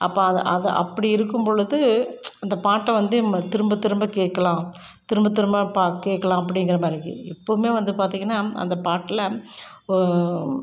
அப்போ அதை அதை அப்படி இருக்கும் பொழுது அந்த பாட்டை வந்து நம்ம திரும்ப திரும்ப கேட்கலாம் திரும்ப திரும்ப பா கேட்கலாம் அப்படிங்குறமாரிக்கி இப்பவுமே வந்து பார்த்திங்கன்னா அந்த பாட்டில்